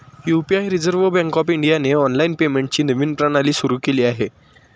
UPI reserve bank of इंडियाने online पेमेंटची नवीन प्रणाली सुरू केली आहे